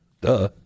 Duh